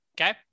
Okay